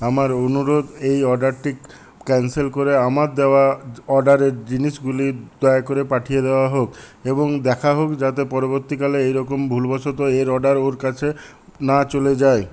আমার অনুরোধ এই অর্ডারটি ক্যান্সেল করে আমার দেওয়া অর্ডারের জিনিসগুলি দয়া করে পাঠিয়ে দেওয়া হোক এবং দেখা হোক যাতে পরবর্তীকালে এ রকম ভুলবশত এর অর্ডার ওর কাছে না চলে যায়